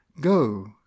Go